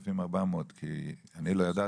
5400*. כי אני לא ידעתי.